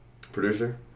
Producer